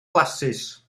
blasus